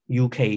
UK